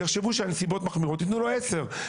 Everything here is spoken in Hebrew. יחשבו שהנסיבות מחמירות יתנו לו עשר,